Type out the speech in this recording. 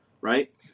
right